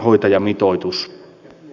hoitajamitoitus